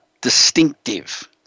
distinctive